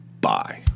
Bye